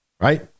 right